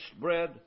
bread